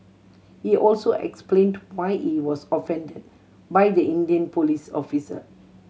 he also explained why he was offended by the Indian police officer